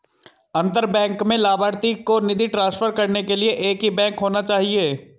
अंतर बैंक में लभार्थी को निधि ट्रांसफर करने के लिए एक ही बैंक होना चाहिए